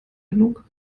genug